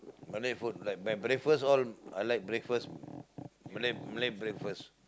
Malay food like my breakfast all I like breakfast Malay Malay breakfast